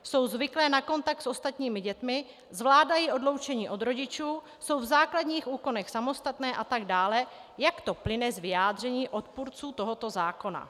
Jsou zvyklé na kontakt s ostatními dětmi, zvládají odloučení od rodičů, jsou v základních úkonech samostatné atd., jak to plyne z vyjádření odpůrců tohoto zákona.